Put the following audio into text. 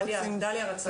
דליה רצתה.